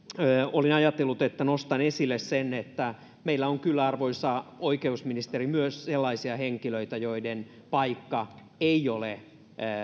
olin ajatellut että nostan esille sen että meillä on kyllä arvoisa oikeusministeri myös sellaisia henkilöitä joiden paikka ei ole elää